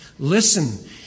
Listen